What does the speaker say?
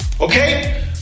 okay